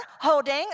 holding